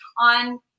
on